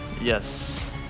Yes